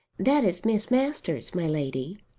that is miss masters, my lady.